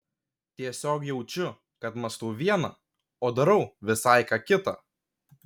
tiesiog jaučiu kad mąstau viena o darau visai ką kita